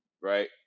right